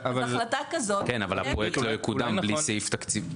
כן, אבל הפרויקט לא יקודם בלי סעיף תקציבי.